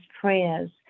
prayers